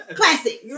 classic